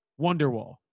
wonderwall